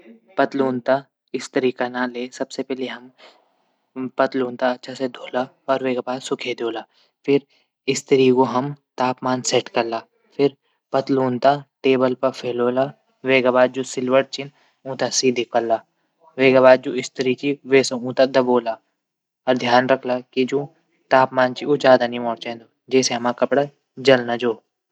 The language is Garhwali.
पतलून तै स्त्री कना तै सबसे पैली पतलून तै अच्छा से धोला। फिर वेक बाद सुखे दियोला। फिर स्त्री हम तापमान सैट करला। फिर पतलून तै टेबल पर फैले दियोला। वेक बाद जू सिलवटा छन ऊंथै सही करला। वेक बाद जू स्त्री च वेसे ऊंथै दबौला। अर ध्यान रखला कि तापमान च ऊ ज्यादा नी हूण चैंद। जैसे कपडा जल ना जौ।